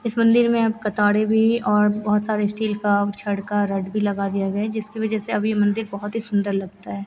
इस मन्दिर में अब कतारें भी और बहुत सारे स्टील की छड़ का रॉड भी लगा दिया गया है जिसकी वज़ह से अब यह मन्दिर बहुत सुन्दर लगता है